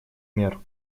мер